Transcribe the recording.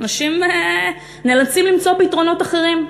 אנשים נאלצים למצוא פתרונות אחרים.